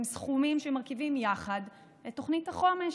סכומים שמרכיבים יחד את תכנית החומש.